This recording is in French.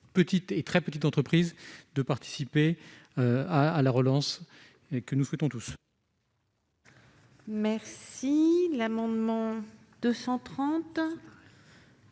petites et très petites entreprises de participer à la relance que nous souhaitons tous. La parole est à M.